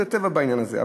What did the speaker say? זה טבע בעניין הזה.